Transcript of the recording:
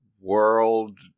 World